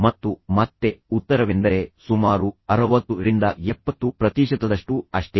ಮತ್ತು ಮತ್ತೆ ಉತ್ತರವೆಂದರೆ ಸುಮಾರು 60 ರಿಂದ 70 ಪ್ರತಿಶತದಷ್ಟು ಅಷ್ಟೇ